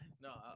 No